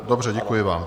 Dobře, děkuji vám.